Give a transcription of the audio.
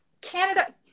Canada